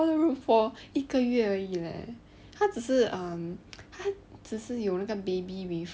他住那个 room for 一个月而已 leh 他只是只是有那个 baby with